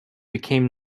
became